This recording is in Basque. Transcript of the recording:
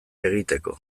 egiteko